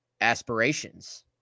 aspirations